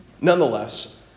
Nonetheless